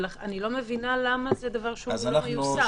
ולכן אני לא מבינה למה זה דבר שלא מיושם.